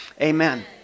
Amen